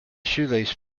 shoelace